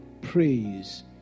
praise